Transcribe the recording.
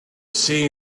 see